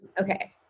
Okay